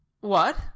What